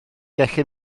gallu